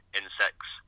insects